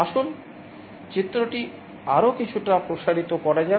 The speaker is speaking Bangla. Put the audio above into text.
আসুন চিত্রটি আরও কিছুটা প্রসারিত করা যাক